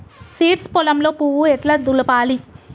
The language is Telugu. సీడ్స్ పొలంలో పువ్వు ఎట్లా దులపాలి?